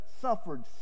suffered